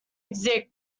exist